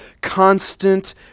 constant